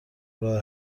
راه